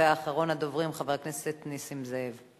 אחרון הדוברים, חבר הכנסת נסים זאב.